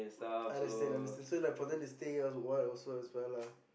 I understand understand so like for them to stay as white as also lah